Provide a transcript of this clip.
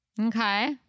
Okay